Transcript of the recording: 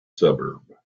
suburb